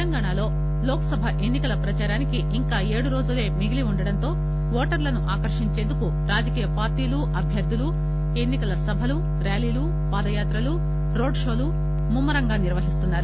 తెలంగాణాలో లోక్ సభ ఎన్ని కల ప్రదారానికి ఇంకా ఏడు రోజులే మిగిలి ఉండటంతో ఓటర్లను ఆకర్షించేందుకు రాజకీయ పార్టీలు అభ్యర్తులు ఎన్నికల సభలు ర్యాలీలు పాదయాత్రలు రోడ్ షోలు ముమ్మ రంగా నిర్వహిస్తున్నారు